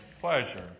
pleasure